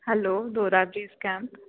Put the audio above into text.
hello Dorabjee's camp